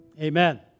amen